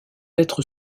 être